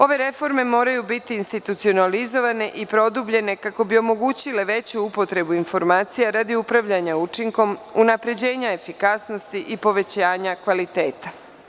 Ove reforme moraju biti institucionalizovane i produbljene kako bi omogućile veću upotrebu informacija, radi upravljanja učinkom, unapređenja efikasnosti i povećanja kvaliteta.